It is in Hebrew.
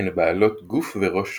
הן בעלות גוף וראש שחורים,